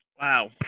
Wow